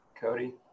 Cody